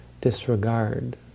disregard